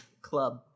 club